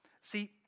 See